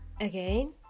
again